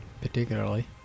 particularly